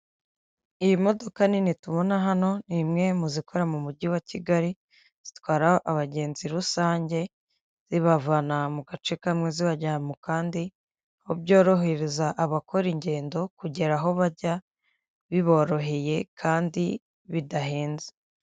Iyi modoka nini tubona hano ni imwe mu zikora mu mugi wa Kigali, zitwara abagenzi rusange zibavana mu gace kamwe zibajyana mu kandi, aho byorohereza abakora ingendo kugera aho bajya biboroheye kandi bidahenze.